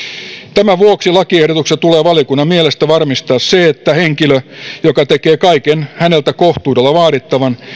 tämän vuoksi lakiehdotuksessa tulee valiokunnan mielestä varmistaa se että henkilö joka tekee kaiken häneltä kohtuudella vaadittavan